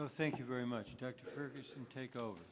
the thank you very much and take over